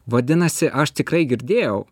vadinasi aš tikrai girdėjau